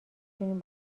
تونیم